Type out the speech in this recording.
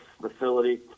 facility